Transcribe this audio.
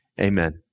Amen